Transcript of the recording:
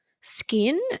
skin